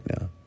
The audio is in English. now